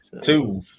two